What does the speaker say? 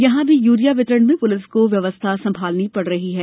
यहां भी यूरिया वितरण में पुलिस को व्यवस्था संभालनी पड़ रही है